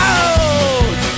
out